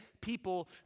people